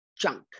junk